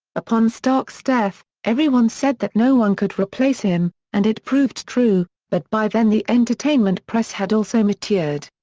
upon stark's death, everyone said that no one could replace him, and it proved true, but by then the entertainment press had also matured.